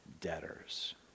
debtors